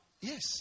Yes